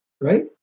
right